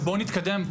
ובוא נתקדם,